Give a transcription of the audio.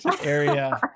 area